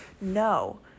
No